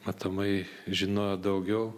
matomai žinojo daugiau